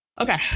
Okay